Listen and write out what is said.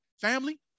family